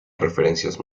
referencias